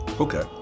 Okay